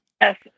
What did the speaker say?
Yes